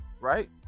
right